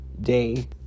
Day